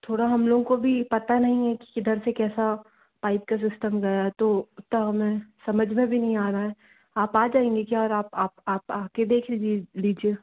थोड़ा हम लोगों को भी पता नहीं है कि किधर से कैसा पाइप का सिस्टम गया है तो तो हमें समझ में भी नहीं आ रहा है आप आ जायेंगे क्या और आप आप आप आके देख लीजिए